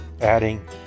adding